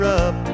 up